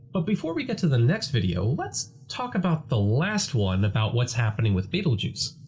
but before we get to the next video, let's talk about the last one about what's happening with betelgeuse.